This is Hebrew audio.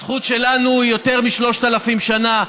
הזכות שלנו יותר משלושת אלפים שנה,